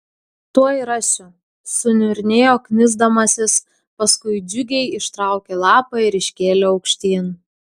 tuoj rasiu suniurnėjo knisdamasis paskui džiugiai ištraukė lapą ir iškėlė aukštyn